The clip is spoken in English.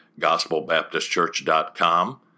gospelbaptistchurch.com